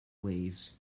waves